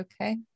Okay